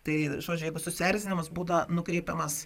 tai žodžiu jeigu susierzinimas būna nukreipiamas